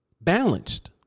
balanced